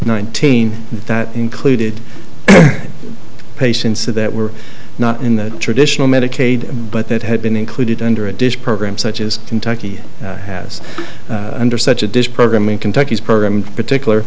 nineteen that included patients that were not in the traditional medicaid but that had been included under a dish program such as kentucky has under such a dish program in kentucky is program particular